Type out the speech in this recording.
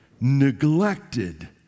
neglected